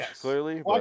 clearly